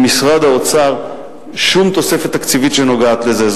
ממשרד האוצר שום תוספת תקציבית שנוגעת לזה.